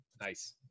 Nice